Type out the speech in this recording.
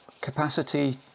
Capacity